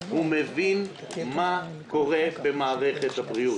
הוא בין מה קורה במערכת הבריאות.